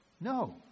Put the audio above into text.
No